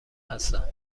هستند